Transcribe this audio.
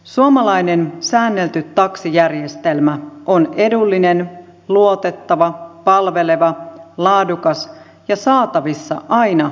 suomalainen säännelty taksijärjestelmä on edullinen luotettava palveleva laadukas ja saatavissa aina ja kaikkialla